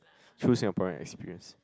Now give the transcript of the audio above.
true Singaporean experience